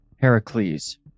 Heracles